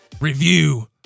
review